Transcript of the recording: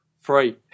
Free